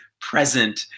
present